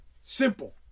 Simple